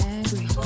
angry